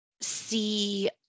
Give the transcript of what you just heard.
see